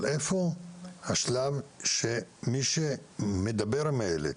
אבל איפה השלב של מי שמדבר עם הילד,